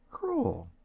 kroll?